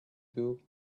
two